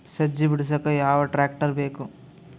ಸಜ್ಜಿ ಬಿಡಸಕ ಯಾವ್ ಟ್ರ್ಯಾಕ್ಟರ್ ಬೇಕು?